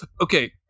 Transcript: Okay